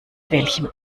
welchem